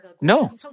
No